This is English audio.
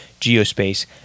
geospace